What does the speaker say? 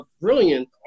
brilliant